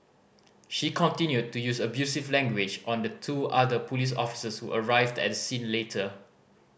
she continued to use abusive language on the two other police officers who arrived at the scene later